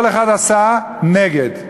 כל אחד עשה נגד.